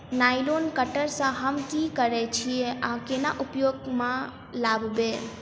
Nylon cutter सँ हम की करै छीयै आ केना उपयोग म लाबबै?